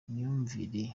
imyumvire